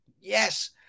Yes